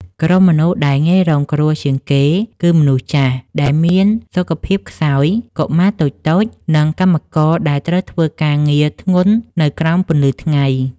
ក្រុមមនុស្សដែលងាយរងគ្រោះជាងគេ គឺមនុស្សចាស់ដែលមានសុខភាពខ្សោយ កុមារតូចៗ និងកម្មករដែលត្រូវធ្វើការងារធ្ងន់នៅក្រោមពន្លឺថ្ងៃ។